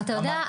אתה יודע,